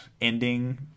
ending